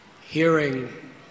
Hearing